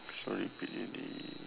this one repeat already